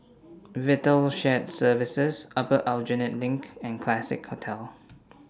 Vital Shared Services Upper Aljunied LINK and Classique Hotel